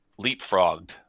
leapfrogged